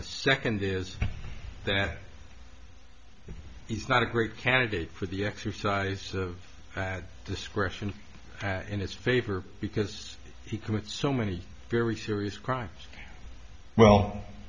the second is that he's not a great candidate for the exercise of discretion in his favor because he could with so many very serious crime well